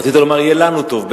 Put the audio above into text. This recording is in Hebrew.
אתה רצית לומר: יהיה לנו טוב,